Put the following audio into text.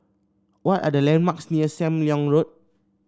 what are the landmarks near Sam Leong Road